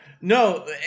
no